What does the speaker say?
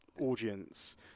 audience